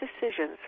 decisions